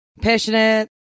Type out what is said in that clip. passionate